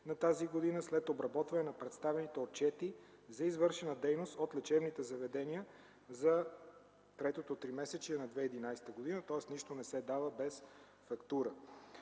на тази година след обработването на представените отчети за извършена дейност от лечебните заведения за третото тримесечие на 2011 г., тоест нищо не се дава без фактура.